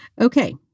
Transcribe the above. Okay